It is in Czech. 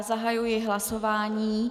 Zahajuji hlasování.